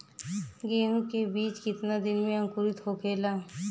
गेहूँ के बिज कितना दिन में अंकुरित होखेला?